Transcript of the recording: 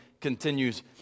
continues